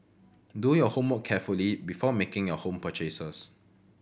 do your homework carefully before making your home purchases